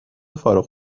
فارغ